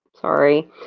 sorry